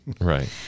Right